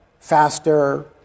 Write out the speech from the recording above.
faster